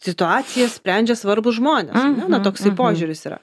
situaciją sprendžia svarbūs žmonės ar ne na toksai požiūris yra